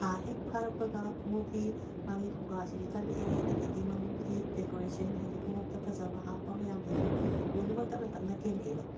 ꯊꯥ ꯍꯦꯛ ꯐꯥꯔꯛꯄꯒ ꯈꯣꯡꯎꯞꯀꯤ ꯃꯥꯒꯤ ꯈꯨꯒꯥꯁꯤꯁꯨ ꯇꯠꯂꯛꯑꯦ ꯑꯗꯒꯤ ꯃꯥꯒꯤ ꯗꯦꯀꯣꯔꯦꯁꯟ ꯍꯥꯏꯗꯤ ꯈꯣꯡꯎꯞꯇ ꯐꯖꯕ ꯍꯥꯞꯄ ꯃꯌꯥꯝꯗꯨꯁꯨ ꯂꯣꯏꯅꯃꯛ ꯇꯞꯅ ꯇꯞꯅ ꯀꯦꯜꯂꯛꯑꯦꯕ